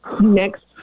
next